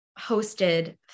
hosted